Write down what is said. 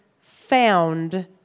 found